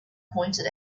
pointed